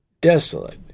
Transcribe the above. desolate